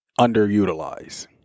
underutilize